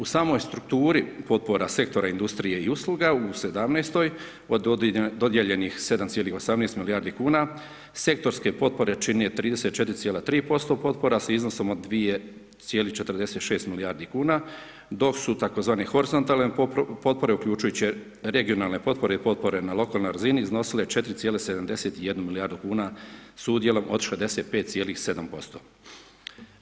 U samoj strukturi potpora sektora industrije i usluga u '17. od dodijeljenih 7,18 milijardi kuna, sektorske potpore čine 34,3% potpora s iznosom od 2,46 milijardi kuna dok su tzv. horizontalne potpore uključujuće regionalne potpore i potpore na lokalnoj razini iznosile 4,71 milijardu kuna s udjelom od 65,7%